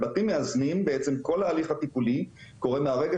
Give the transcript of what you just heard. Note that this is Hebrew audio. בבתים מאזנים בעצם כל ההליך הטיפולי קורה מהרגע